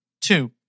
Two